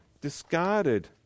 discarded